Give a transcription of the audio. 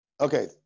Okay